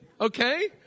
okay